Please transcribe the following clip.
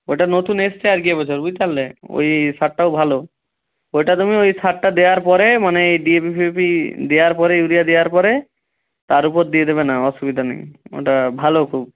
ওটা নতুন এসছে আর কি এবছর বুঝতে পারলে ওই সারটাও ভালো ওটা তুমি ওই সারটা দেওয়ার পরে মানে ডি এ পি ফিএ পি দেওয়ার পরে ইউরিয়া দেওয়ার পরে তার উপর দিয়ে দেবে না অসুবিধা নেই ওটা ভালো খুব